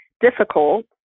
difficult